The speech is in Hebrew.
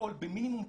לפעול במינימום קרינה,